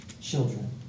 children